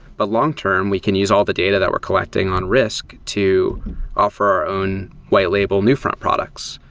but long-term, we can use all the data that we're collecting on risk to offer our own white label newfront products.